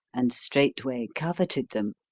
and straightway coveted them,